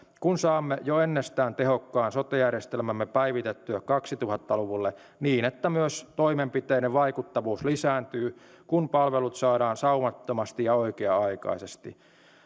kun saamme jo ennestään tehokkaan sote järjestelmämme päivitettyä kaksituhatta luvulle niin että myös toimenpiteiden vaikuttavuus lisääntyy kun palvelut saadaan saumattomasti ja oikea aikaisesti